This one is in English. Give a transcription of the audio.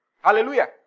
Hallelujah